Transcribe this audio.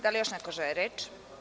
Da li još neko želi reč?